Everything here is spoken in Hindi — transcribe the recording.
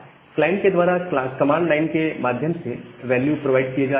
क्लाइंट के द्वारा कमांड लाइन के माध्यम से वैल्यू प्रोवाइड किए जा रहे हैं